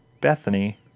Bethany